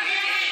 את והיא והיא.